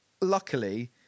luckily